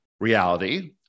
reality